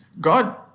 God